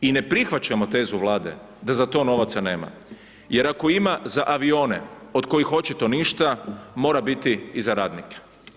I ne prihvaćamo tezu Vlade, da za to novaca nema, jer ako ima za avione, od kojih očito ništa, mora biti i za radnike.